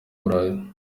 burayi